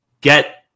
get